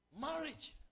Marriage